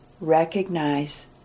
recognize